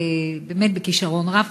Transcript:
באמת בכישרון רב,